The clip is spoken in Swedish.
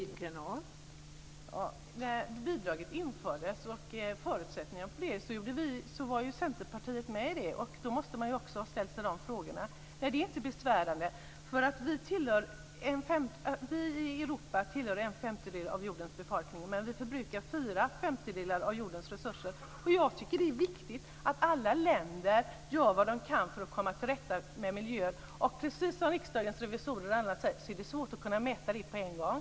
Fru talman! När bidraget och förutsättningarna för det infördes var Centerpartiet med om det, och då måste man också ha ställt sig de frågorna. Nej, det är inte besvärande. Vi i Europa tillhör en femtedel av jordens befolkning, men vi förbrukar fyra femtedelar av jordens resurser. Jag tycker att det är viktigt att alla länder gör vad de kan för att komma till rätta med miljön. Precis som Riksdagens revisorer säger är det svårt att kunna mäta det på en gång.